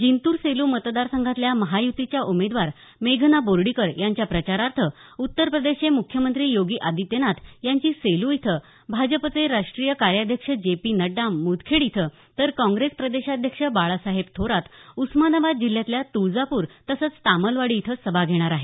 जिंतूर सेलू मतदार संघातल्या महायुतीच्या उमेदवार मेघना बोर्डीकर यांच्या प्रचारार्थ उत्तर प्रदेशचे मुख्यमंत्री योगी आदित्यनाथ यांची सेलू इथं भाजपचे राष्ट्रीय कार्याध्यक्ष जे पी नड्डा मुदखेड इथं तर काँग्रेस प्रदेशाध्यक्ष बाळासाहेब थोरात उस्मानाबाद जिल्ह्यातल्या तुळजापूर तसंच तामलवाडी इथं सभा घेणार आहेत